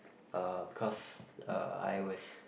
uh because uh I was